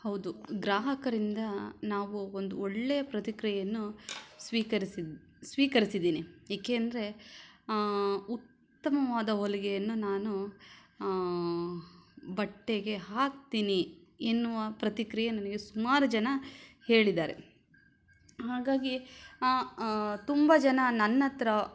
ಹೌದು ಗ್ರಾಹಕರಿಂದ ನಾವು ಒಂದು ಒಳ್ಳೆಯ ಪ್ರತಿಕ್ರಿಯೆಯನ್ನು ಸ್ವೀಕರಿಸಿದ್ ಸ್ವೀಕರಿಸಿದ್ದೀನಿ ಏಕೆಂದರೆ ಉತ್ತಮವಾದ ಹೊಲಿಗೆಯನ್ನು ನಾನು ಬಟ್ಟೆಗೆ ಹಾಕ್ತೀನಿ ಎನ್ನುವ ಪ್ರತಿಕ್ರಿಯೆ ನನಗೆ ಸುಮಾರು ಜನ ಹೇಳಿದ್ದಾರೆ ಹಾಗಾಗಿ ತುಂಬ ಜನ ನನ್ನ ಹತ್ರ